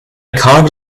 carved